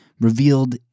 revealed